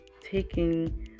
taking